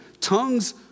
tongues